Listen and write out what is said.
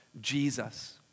Jesus